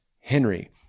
Henry